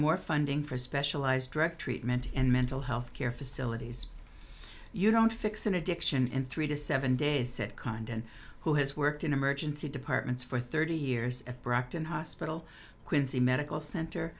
more funding for specialized direct treatment in mental health care facilities you don't fix an addiction in three to seven days said condon who has worked in emergency departments for thirty years at brockton hospital quincy medical center